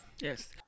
Yes